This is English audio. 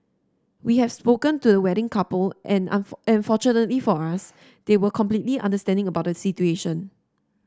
we have spoken to the wedding couple and fortunately for us they were completely understanding about the situation